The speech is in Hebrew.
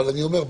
אבל אני אומר,